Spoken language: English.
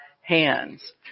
hands